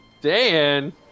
Dan